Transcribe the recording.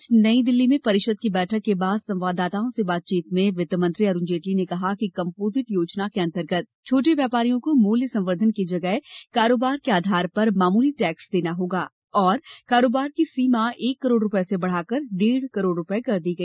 आज नई दिल्ली में परिषद की बैठक के बाद संवाददाताओं से बातचीत में वित्त मंत्री अरूण जेटली ने कहा कि कम्पोजिट योजना के अन्तर्गत छोटे व्यापारियों को मूल्य संवर्धन की जगह कारोबार के आधार पर मामूली टैक्स देना होगा और कारोबार की सीमा एक करोड़ रूपये से बढ़ाकर डेढ़ करोड़ कर दी गई है